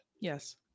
Yes